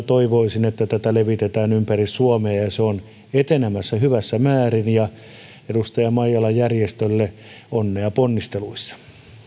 toivoisin että semmoista toimintaa levitetään ympäri suomea ja ja se on etenemässä hyvässä määrin edustaja maijalan järjestölle onnea ponnisteluissa